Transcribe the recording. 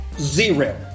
Zero